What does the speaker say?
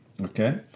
Okay